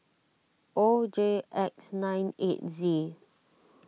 O J X nine eight Z